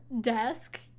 desk